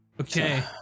Okay